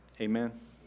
amen